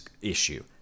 issue